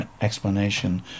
explanation